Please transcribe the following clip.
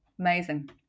amazing